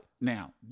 Now